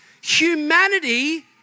humanity